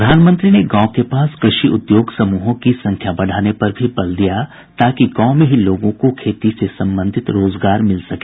प्रधानमंत्री ने गाँव के पास कृषि उद्योग समूहों की संख्या बढ़ाने पर भी बल दिया ताकि गाँव में ही लोगों को खेती से संबंधित रोजगार मिल सके